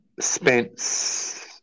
Spence